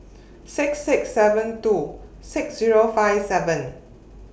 six six seven two six Zero five seven